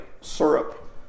syrup